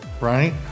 Right